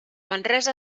manresa